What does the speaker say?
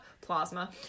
plasma